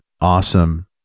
awesome